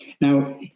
now